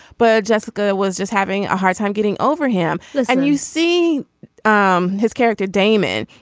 but jessica was just having a hard time getting over him and you see um his character damon.